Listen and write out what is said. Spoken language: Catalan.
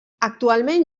actualment